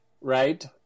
right